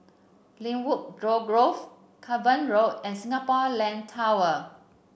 Lynwood Grove Cavan Road and Singapore Land Tower